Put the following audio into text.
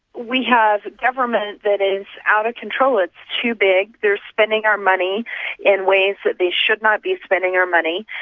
we have government that is out of control. it's too big they're spending our money in ways that they should not be spending our money.